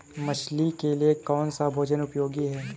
मछली के लिए कौन सा भोजन उपयोगी है?